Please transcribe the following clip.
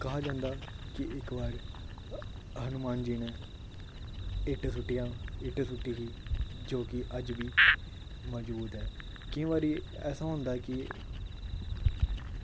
कहा जंदा की इक वार हनुमान जी नै इट सुट्टियां इट सुट्टी ही जो की अज बी मजूद ऐ केईं वारी ऐसा होंदा की